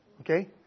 Okay